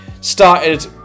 started